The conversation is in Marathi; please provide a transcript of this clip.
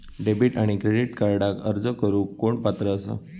डेबिट आणि क्रेडिट कार्डक अर्ज करुक कोण पात्र आसा?